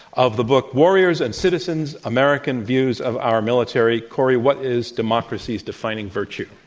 of the book warriors and citizens american views of our military. kori, what is democracy's defining virtue?